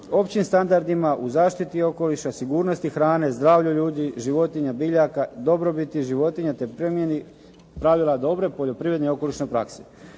općim standardima u zaštiti okoliša, sigurnosti hrane, zdravlju ljudi, životinja, biljaka, dobrobiti životinja te primjeni pravila dobre poljoprivredne i okolišne prakse.